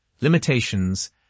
limitations